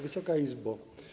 Wysoka Izbo!